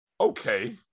okay